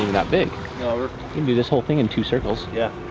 that big. we can do this whole thing in two circles. yeah,